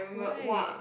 why